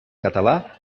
català